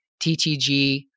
TTG